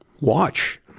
watch